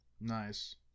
Nice